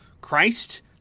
Christ